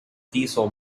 diesel